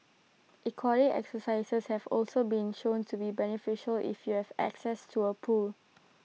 aquatic exercises have also been shown to be beneficial if you have access to A pool